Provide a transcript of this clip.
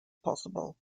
possible